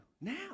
Now